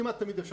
בסופו של דבר,